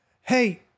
Hey